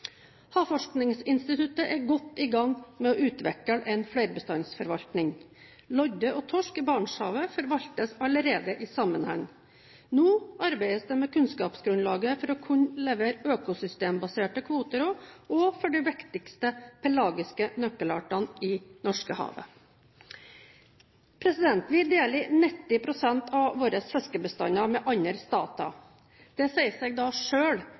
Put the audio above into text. Havforskningsinstituttet er godt i gang med å utvikle en flerbestandsforvaltning. Lodde og torsk i Barentshavet forvaltes allerede i sammenheng. Nå arbeides det med kunnskapsgrunnlaget for å kunne levere økosystembaserte kvoteråd også for de viktigste pelagiske nøkkelartene i Norskehavet. Vi deler 90 pst. av våre fiskebestander med andre stater. Det sier seg